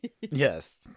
Yes